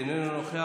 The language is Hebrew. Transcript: איננו נוכח,